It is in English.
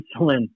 insulin